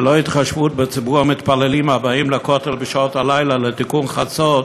ללא התחשבות בציבור המתפללים הבאים לכותל בשעות הלילה לתיקון חצות